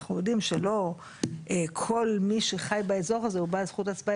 אנחנו יודעים שלא כל מי שחי באזור הזה הוא בעל זכות הצבעה,